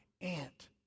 aunt